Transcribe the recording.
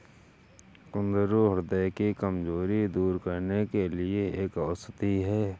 कुंदरू ह्रदय की कमजोरी दूर करने के लिए एक औषधि है